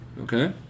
Okay